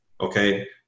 Okay